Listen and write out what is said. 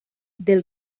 del